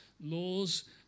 laws